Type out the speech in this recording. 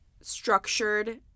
structured